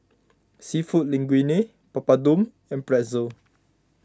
Seafood Linguine Papadum and Pretzel